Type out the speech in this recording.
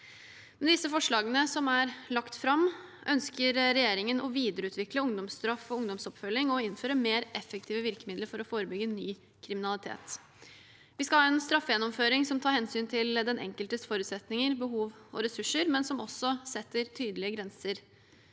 disse forslagene som er lagt fram, ønsker regjeringen å videreutvikle ungdomsstraff og ungdomsoppfølging og innføre mer effektive virkemidler for å forebygge ny kriminalitet. Vi skal ha en straffegjennomføring som tar hensyn til den enkeltes forutsetninger, behov og ressurser, men som også setter tydelige grenser.